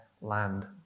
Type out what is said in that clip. land